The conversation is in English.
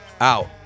out